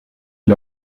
est